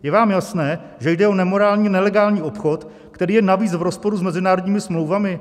Je vám jasné, že jde o nemorální, nelegální obchod, který je navíc v rozporu s mezinárodními smlouvami?